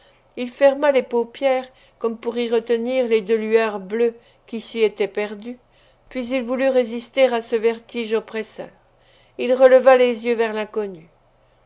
il ferma les paupières comme pour y retenir les deux lueurs bleues qui s'y étaient perdues puis il voulut résister à ce vertige oppresseur il releva les yeux vers l'inconnue